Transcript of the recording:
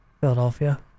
Philadelphia